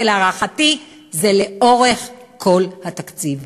כי להערכתי זה לאורך כל התקציב.